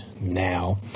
Now